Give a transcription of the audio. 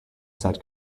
set